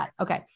Okay